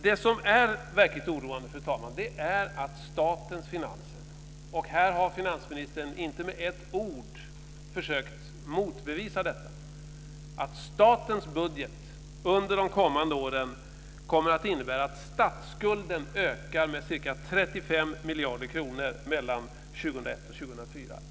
Det som är verkligt oroande, fru talman, är att statens budget - och här har finansministern inte med ett ord försökt motbevisa detta - under de kommande åren kommer att innebära att statsskulden ökar med ca 35 miljarder kronor mellan 2001 och 2004.